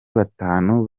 batanu